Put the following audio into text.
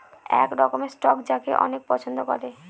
এক রকমের স্টক যাকে অনেকে পছন্দ করে